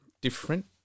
different